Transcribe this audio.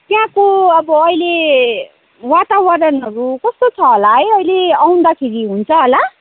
त्यहाँको अब अहिले वातावरणहरू कस्तो छ होला है अहिले आउँदाखेरि हुन्छ होला